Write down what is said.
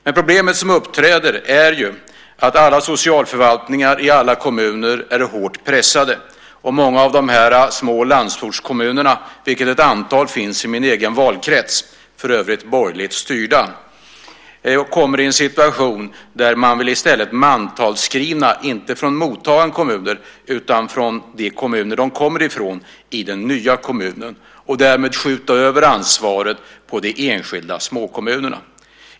Det problem som uppträder är att alla socialförvaltningar i alla kommuner är hårt pressade. Många av de här små landsortskommunerna, av vilka ett antal finns i min egen valkrets - för övrigt borgerligt styrda - kommer i en situation där man vill mantalsskriva personer, inte från mottagande kommuner utan från de kommuner de kommer ifrån, i den nya kommunen och därmed skjuta över ansvaret på de enskilda småkommunerna.